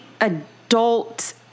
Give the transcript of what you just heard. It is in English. adult